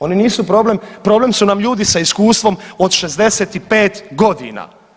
Oni nisu problem, problem su nam ljudi sa iskustvom od 65 godina.